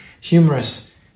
humorous